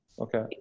okay